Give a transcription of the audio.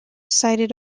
cited